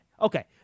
okay